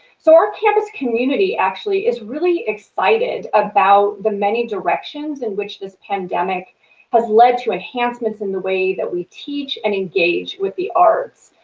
so our campus community actually is really excited about the many directions in which this pandemic has led to enhancements in the way that we teach and engage with the arts.